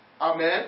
Amen